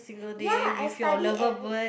ya I study every